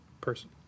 person